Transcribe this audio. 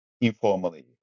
informally